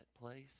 place